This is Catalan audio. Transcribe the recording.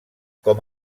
com